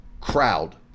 crowd